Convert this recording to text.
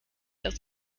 das